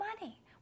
money